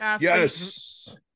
Yes